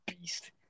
beast